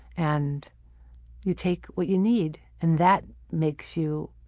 and you take what you need. and that makes you